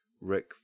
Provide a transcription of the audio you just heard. Rick